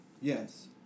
Yes